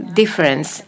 difference